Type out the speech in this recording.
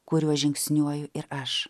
kuriuo žingsniuoju ir aš